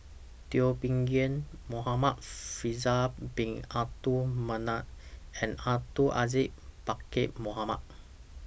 Teo Bee Yen Muhamad Faisal Bin Abdul Manap and Abdul Aziz Pakkeer Mohamed